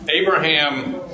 Abraham